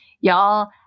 Y'all